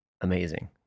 amazing